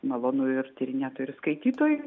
malonu ir tyrinėtojui skaitytojui